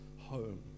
home